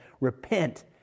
repent